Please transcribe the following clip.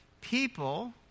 People